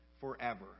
forever